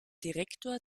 direktor